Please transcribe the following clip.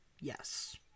Yes